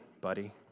buddy